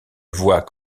voit